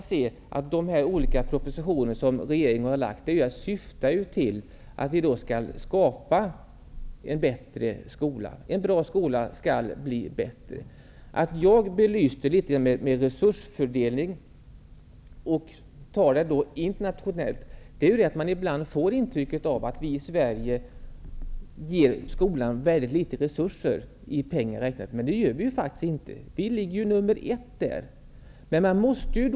De olika propositioner som regeringen har lagt fram syftar till att vi skall skapa en bättre skola. En bra skola skall bli bättre! Att jag talade om resurstilldelningen och gjorde en internationell jämförelse berodde på att man ibland får intrycket av att vi i Sverige ger skolan väldigt litet av resurser i pengar räknat. Men så är det ju faktiskt inte. I det avseendet ligger vi på första plats.